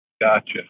Gotcha